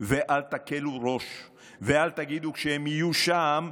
ואל תקלו ראש ואל תגידו: כשהם יהיו שם,